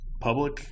public